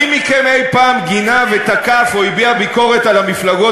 מי מכם אי-פעם גינה ותקף או הביע ביקורת על המפלגות